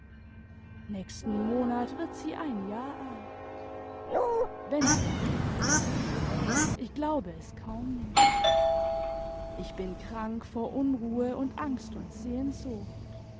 nächsten monat wird sie ein jahr alt wenn sie lebt ich glaube es kaum mehr ich bin krank vor unruhe und angst und sehnsucht